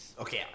Okay